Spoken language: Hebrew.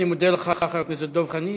אני מודה לך, חבר הכנסת דב חנין.